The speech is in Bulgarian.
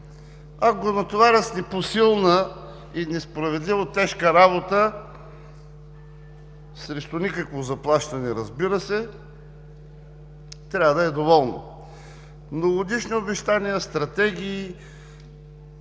го натоварят с непосилна и несправедливо тежка работа, срещу никакво заплащане, разбира се, трябва да е доволно. Многогодишни обещания, стратегии